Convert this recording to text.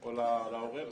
או להורה.